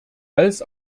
als